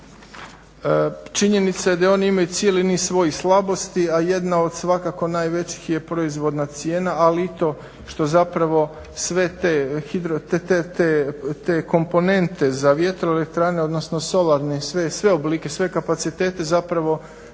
činjenica je da oni imaju cijeli niz svojih slabosti, a jedna od svakako najvećih je proizvodna cijena ali i to što zapravo sve te komponente za vjetro elektrane odnosno solarni, sve oblike, sve kapacitete zapravo